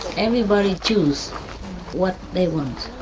everybody chooses what they want,